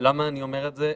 למה אני אומר את זה?